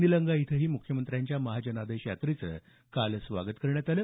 निलंगा इथंही मुख्यमंत्र्यांच्या महाजनादेश यात्रेचं काल स्वागत करण्यात आलं